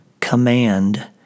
Command